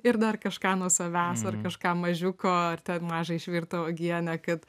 ir dar kažką nuo savęs ar kažką mažiuko ar ten mažą išvirtą uogienę kad